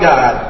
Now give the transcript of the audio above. God